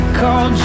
call